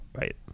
Right